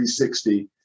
360